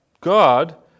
God